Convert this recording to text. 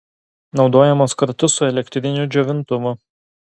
naudojamos kartu su elektriniu džiovintuvu